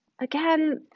Again